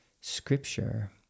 scripture